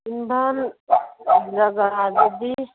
Imphal ꯖꯒꯥꯗꯗꯤ